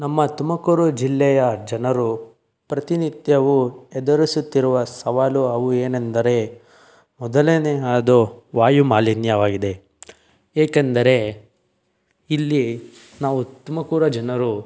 ನಮ್ಮ ತುಮಕೂರು ಜಿಲ್ಲೆಯ ಜನರು ಪ್ರತಿನಿತ್ಯವು ಎದುರಿಸುತ್ತಿರುವ ಸವಾಲು ಅವು ಏನೆಂದರೆ ಮೊದಲನೆಯದು ವಾಯುಮಾಲಿನ್ಯವಾಗಿದೆ ಏಕೆಂದರೆ ಇಲ್ಲಿ ನಾವು ತುಮಕೂರು ಜನರು